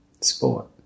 sport